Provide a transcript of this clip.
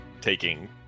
taking